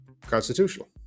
constitutional